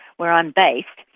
where i'm based.